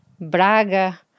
Braga